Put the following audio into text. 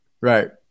right